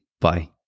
Bye